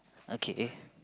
okay